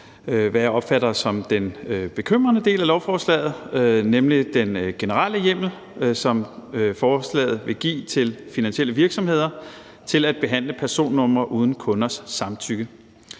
hvad jeg opfatter som den bekymrende del af lovforslaget, nemlig den generelle hjemmel, som forslaget vil give til finansielle virksomheder til at behandle personnumre uden kunders samtykke.